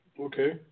Okay